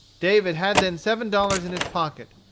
david had then seven dollars in his pocket,